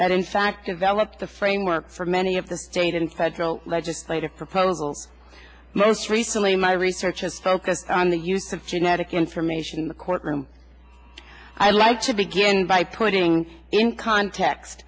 that in fact developed the framework for many of the state and federal legislative proposal most recently my research is focused on the use of genetic information in the courtroom i'd like to begin by putting in context